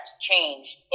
change